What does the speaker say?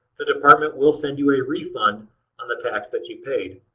the department will send you a refund on the tax that you paid.